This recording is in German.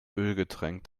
ölgetränkt